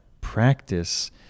practice